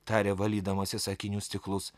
tarė valydamasis akinių stiklus